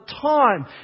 time